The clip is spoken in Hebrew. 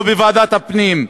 לא בוועדת הפנים,